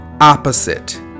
opposite